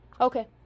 okay